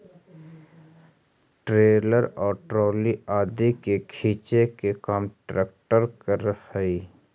trailer और trolley आदि के खींचे के काम ट्रेक्टर करऽ हई